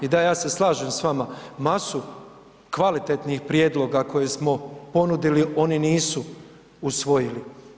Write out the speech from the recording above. I da, ja se slažem s vama, masu kvalitetnih prijedloga koje smo ponudili oni nisu usvojili.